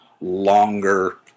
longer